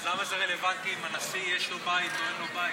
אז למה זה רלוונטי אם לנשיא יש בית או אין לו בית?